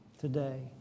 today